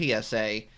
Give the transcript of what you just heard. PSA